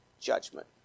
judgment